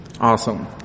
Awesome